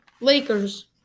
Lakers